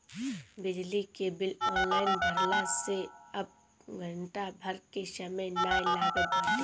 बिजली के bill online भरला से अब घंटा भर के समय नाइ लागत बाटे